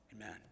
Amen